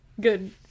good